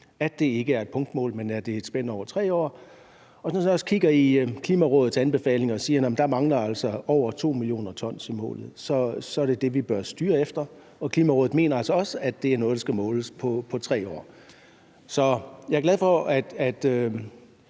at det ikke er et punktmål, men at det er et spænd over 3 år. Og når jeg kigger i Klimarådets anbefalinger og ser, at der altså mangler over 2 mio. t i målet, så er det det, vi bør styre efter, og Klimarådet mener altså også, at det er noget, der skal måles over 3 år. Jeg er glad for, at